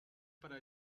para